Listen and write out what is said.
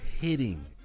hitting